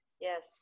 Yes